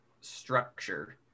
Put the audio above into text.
structure